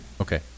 Okay